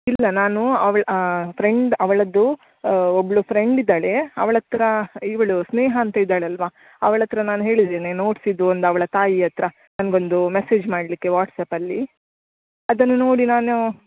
ಇಲ್ಲ ನಾನು ಅವಳ ಫ್ರೆಂಡ್ ಅವಳದ್ದು ಒಬ್ಬಳು ಫ್ರೆಂಡ್ ಇದ್ದಾಳೆ ಅವಳ ಹತ್ತಿರ ಇವಳು ಸ್ನೇಹ ಅಂತ ಇದ್ದಾಳೆ ಅಲ್ವಾ ಅವಳ ಹತ್ತಿರ ನಾನು ಹೇಳಿದ್ದೇನೆ ನೋಟ್ಸಿದು ಒಂದು ಅವಳ ತಾಯಿ ಹತ್ತಿರ ನನಗೊಂದು ಮೇಸೇಜ್ ಮಾಡಲಿಕ್ಕೆ ವಾಟ್ಸ್ಆ್ಯಪಲ್ಲಿ ಅದನ್ನು ನೋಡಿ ನಾನು